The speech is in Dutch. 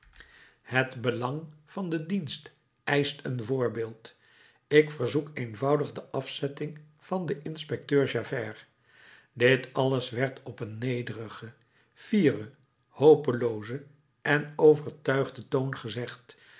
het belang van den dienst eischt een voorbeeld ik verzoek eenvoudig de afzetting van den inspecteur javert dit alles werd op een nederigen fieren hopeloozen en overtuigden toon gezegd